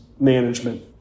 management